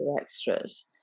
extras